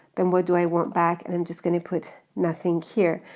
then what do i want back? and i'm just gonna put nothing here.